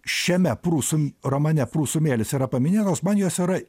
šiame prūsų romane prūsų mėlis yra paminėtos man jos yra